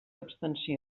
abstencions